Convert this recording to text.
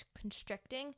constricting